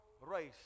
race